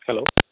hello